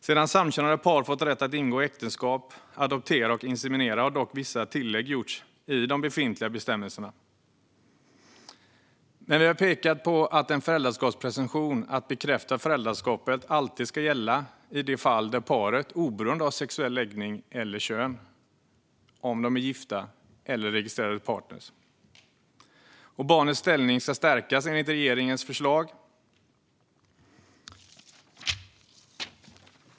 Sedan samkönade par fått rätt att ingå äktenskap, adoptera och inseminera har dock vissa tillägg gjorts i de befintliga bestämmelserna.